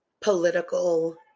political